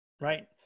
right